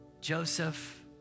Joseph